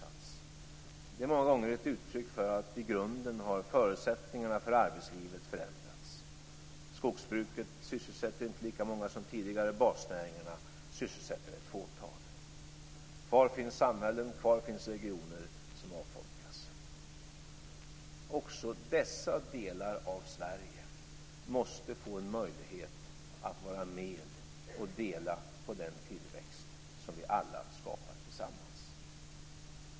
Det här är många gånger ett uttryck för att förutsättningarna för arbetslivet i grunden har förändrats. Skogsbruket sysselsätter inte lika många som tidigare. Basnäringarna sysselsätter ett fåtal. Kvar finns samhällen och regioner som avfolkas. Också dessa delar av Sverige måste få en möjlighet att vara med och dela på den tillväxt som vi alla skapar tillsammans.